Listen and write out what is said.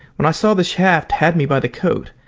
when i saw the shaft had me by the coat,